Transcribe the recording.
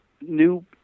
new